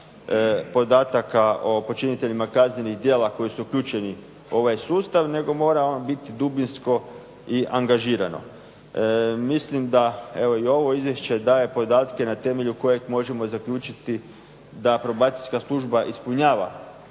podataka o počiniteljima kaznenih djela koji su uključeni u ovaj sustav nego mora biti dubinsko i angažirano. Mislim da i ovo izvješće daje podatke na temelju kojeg možemo zaključiti da Probacijska služba ispunjava